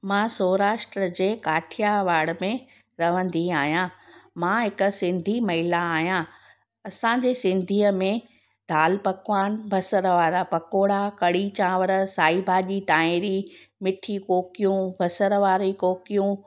मां सौराष्ट्र जे काठियावाड़ में रहंदी आहियां मां हिक सिंधी महिला आहियां असांजे सिंधीअ में दाल पकवान बसर वारा पकौड़ा कढ़ी चांवर साई भाॼी तांहिरी मिठी कोकियूं बसर वारी कोकियूं